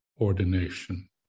ordination